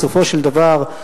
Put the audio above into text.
בסופו של דבר,